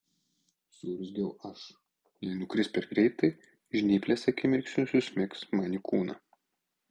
suurzgiau aš jei nukris per greitai žnyplės akimirksniu susmigs man į kūną